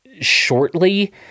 shortly